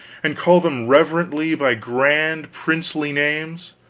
and call them reverently by grand princely names,